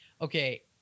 Okay